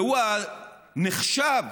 והוא נחשב